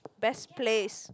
best place